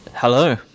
Hello